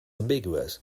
ambiguous